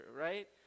right